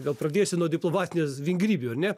gal pradėsiu nuo diplomatijos vingrybių ar ne